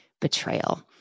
betrayal